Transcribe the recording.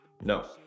No